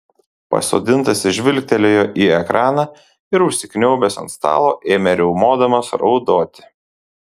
pasodintasis žvilgtelėjo į ekraną ir užsikniaubęs ant stalo ėmė riaumodamas raudoti